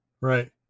Right